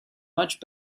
much